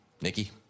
Nikki